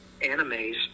animes